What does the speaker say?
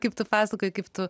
kaip tu pasakojai kaip tu